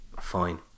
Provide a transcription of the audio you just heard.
fine